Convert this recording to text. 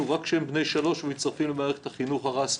רק כשהם בני 3 ומצטרפים למערכת החינוך הרשמית,